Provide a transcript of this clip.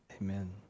amen